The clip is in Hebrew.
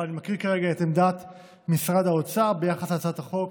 אבל אני מקריא כרגע את עמדת משרד האוצר ביחס להצעת החוק,